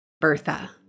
Bertha